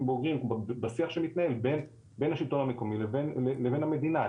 בוגרים בשיח שמתנהל בין השלטון המקומי לבין המדינה.